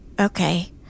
Okay